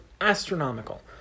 astronomical